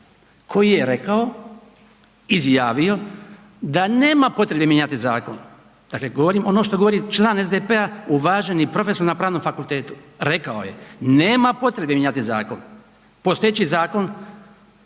koji je rekao, izjavio da nema potrebe mijenjati zakon, dakle govorim ono što govori član SDP-a. Uvaženi profesor na Pravnom fakultetu rekao je nema potrebe mijenjati zakon, postojeći zakon